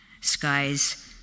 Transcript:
Skies